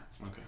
Okay